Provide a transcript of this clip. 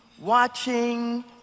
watching